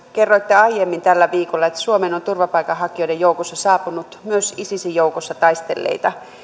kerroitte aiemmin tällä viikolla että suomeen on turvapaikanhakijoiden joukossa saapunut myös isisin joukoissa taistelleita